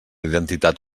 identitat